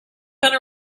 going